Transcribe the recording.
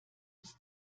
bis